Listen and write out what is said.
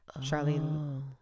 Charlene